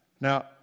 Now